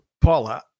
Paula